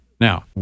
Now